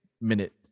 minute